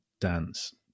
dance